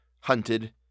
hunted